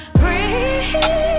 breathe